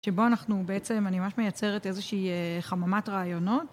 שבו אנחנו בעצם, אני ממש מייצרת איזושהי חממת רעיונות.